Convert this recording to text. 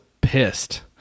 pissed